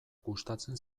gustatzen